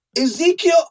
ezekiel